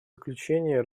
заключение